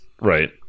Right